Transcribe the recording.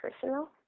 personal